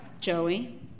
Joey